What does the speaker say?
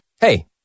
Hey